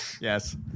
Yes